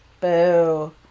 Boo